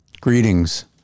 Greetings